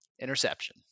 Interception